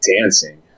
Dancing